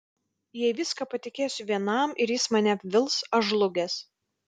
jei viską patikėsiu vienam ir jis mane apvils aš žlugęs